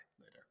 later